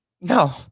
No